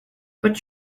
but